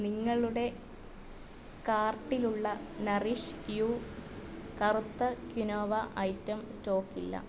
നിങ്ങളുടെ കാർട്ടിലുള്ള Nourish You കറുത്ത ക്വിനോവ ഐറ്റം സ്റ്റോക്ക് ഇല്ല